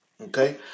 Okay